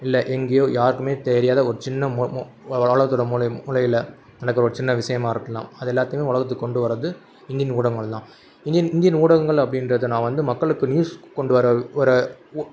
இல்லை எங்கேயோ யாருக்குமே தெரியாத ஒரு சின்ன மு மு உலகத்தோட மூலை மூலையில் நடக்கிற ஒரு சின்ன விஷயமா இருக்கலாம் அது எல்லாத்தையுமே உலகத்துக்கு கொண்டு வர்றது இந்தியன் ஊடகங்கள் தான் இந்தியன் இந்தியன் ஊடகங்கள் அப்படின்றத நான் வந்து மக்களுக்கு நியூஸ் கொண்டு வர வர